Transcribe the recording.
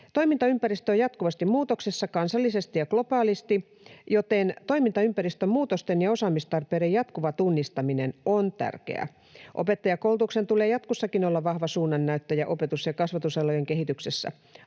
Toimintaympäristö on jatkuvasti muutoksessa kansallisesti ja globaalisti, joten toimintaympäristön muutosten ja osaamistarpeiden jatkuva tunnistaminen on tärkeää. Opettajakoulutuksen tulee jatkossakin olla vahva suunnannäyttäjä opetus- ja kasvatusalojen kehityksessä.